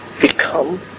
become